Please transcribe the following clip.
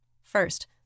First